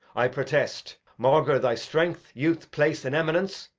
i protest maugre thy strength, youth, place, and eminence,